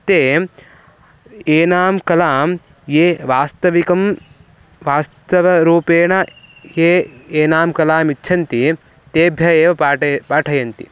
ते एनां कलां ये वास्तविकं वास्तवरूपेण ये एनां कलाम् इच्छन्ति तेभ्यः एव पाठयन्ति पाठयन्ति